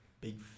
big